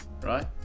right